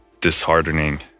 disheartening